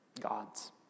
gods